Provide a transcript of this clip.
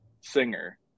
singer